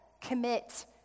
Commit